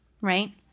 right